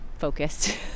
focused